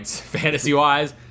fantasy-wise